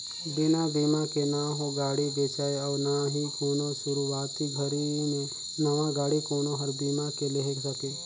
बिना बिमा के न हो गाड़ी बेचाय अउ ना ही कोनो सुरूवाती घरी मे नवा गाडी कोनो हर बीमा के लेहे सके